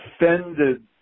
offended